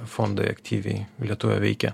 fondai aktyviai lietuvoje veikia